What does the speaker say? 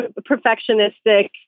perfectionistic